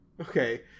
Okay